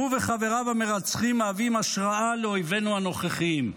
שהוא וחבריו המרצחים מהווים השראה לאויבינו הנוכחיים.